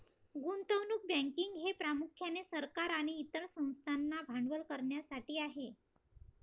गुंतवणूक बँकिंग हे प्रामुख्याने सरकार आणि इतर संस्थांना भांडवल करण्यासाठी आहे